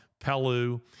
Pelu